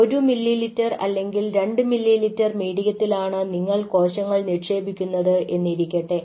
1 ml അല്ലെങ്കിൽ 2 ml മീഡിയത്തിലാണ് നിങ്ങൾ കോശങ്ങൾ നിക്ഷേപിക്കുന്നത് എന്നിരിക്കട്ടെ